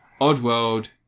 Oddworld